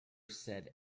said